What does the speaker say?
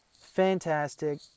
Fantastic